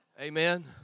Amen